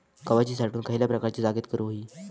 गव्हाची साठवण खयल्या प्रकारच्या जागेत करू होई?